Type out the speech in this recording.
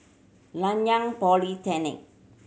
Nanyang Polytechnic